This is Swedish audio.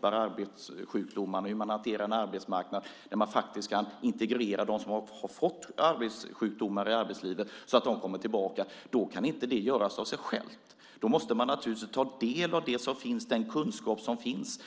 där arbetssjukdomar stoppas, en arbetsmarknad där de med arbetssjukdomar integreras och kommer tillbaka till arbetslivet. Detta görs inte av sig självt. Då måste man naturligtvis ta del av den kunskap som finns.